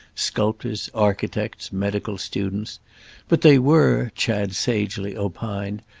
sculptors, architects, medical students but they were, chad sagely opined,